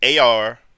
AR